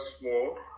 small